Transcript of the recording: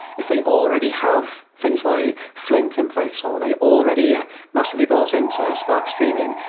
if they already have things like flink in place or they already are massively brought into spark streaming,